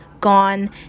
gone